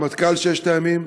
רמטכ"ל ששת הימים,